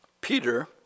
Peter